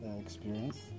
experience